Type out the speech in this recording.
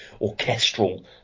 orchestral